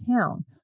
town